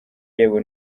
yewe